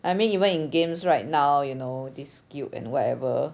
I mean even in games right now you know this skilled and whatever